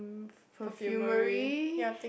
perfumery